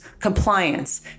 compliance